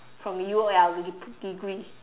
from U_O_L de~ degree